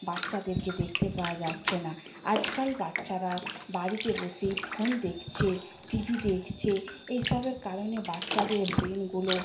বাচ্চাদেরকে দেখতে পাওয়া যাচ্ছে না আজকাল বাচ্চারা বাড়িতে বসে ফোন দেখছে টিভি দেখছে এইসবের কারণে বাচ্চাদের ব্রেনগুলো